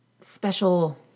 special